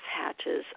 hatches